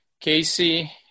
Casey